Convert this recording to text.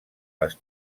les